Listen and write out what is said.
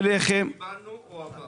זה התקציב הקואליציוני של רע"מ.